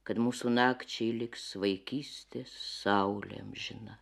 kad mūsų nakčiai liks vaikystės saulė amžina